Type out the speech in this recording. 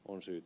on syyt